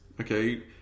okay